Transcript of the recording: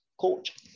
coach